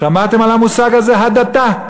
שמעתם על המושג הזה, הדתה?